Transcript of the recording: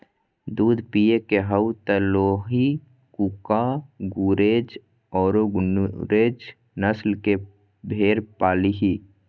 दूध पिये के हाउ त लोही, कूका, गुरेज औरो नुरेज नस्ल के भेड़ पालीहीं